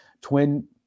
Twin